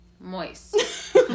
moist